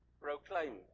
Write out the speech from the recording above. Proclaim